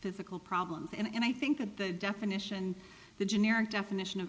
physical problems and i think that the definition the generic definition of